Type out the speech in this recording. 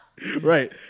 Right